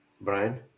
Brian